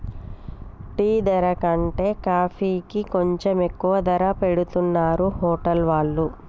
tea ధర కంటే కాఫీకి కొంచెం ఎక్కువ ధర పెట్టుతున్నరు హోటల్ వాళ్ళు